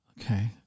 Okay